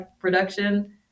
production